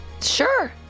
sure